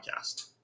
podcast